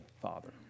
Father